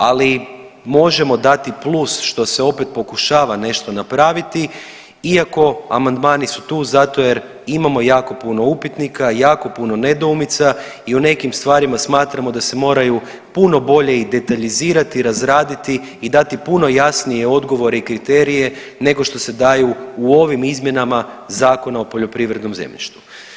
Ali možemo dati plus što se opet pokušava nešto napraviti iako amandmani su tu zato jer imamo jako puno upitnika, jako puno nedoumica i u nekim stvarima smatramo da se moraju puno bolje i detaljizirati, razraditi i dati puno jasnije odgovore i kriterije nego što se daju u ovim izmjenama Zakona o poljoprivrednom zemljištu.